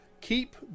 Keep